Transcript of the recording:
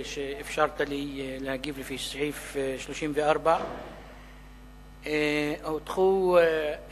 תודה רבה על שאפשרת לי להגיב לפי סעיף 34. הוטחו דברים